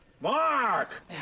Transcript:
Mark